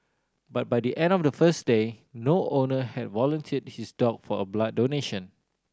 but by the end of the first day no owner had volunteered his dog for a blood donation